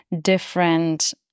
different